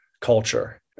culture